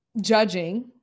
judging